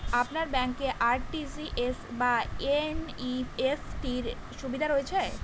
আপনার ব্যাংকে আর.টি.জি.এস বা এন.ই.এফ.টি র সুবিধা রয়েছে?